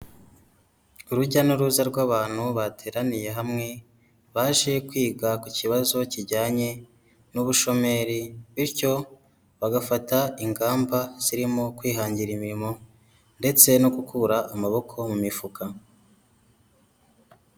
Urujya n'uruza rw'abantu bateraniye hamwe, baje kwiga ku kibazo kijyanye n'ubushomeri, bityo bagafata ingamba zirimo kwihangira imirimo, ndetse no gukura amaboko mu mifuka.